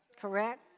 Correct